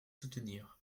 soutenir